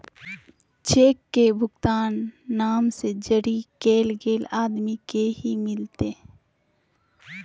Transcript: cheque के भुगतान नाम से जरी कैल गेल आदमी के ही मिलते